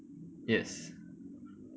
yes